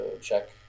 check